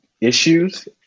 issues